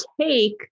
take